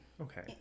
Okay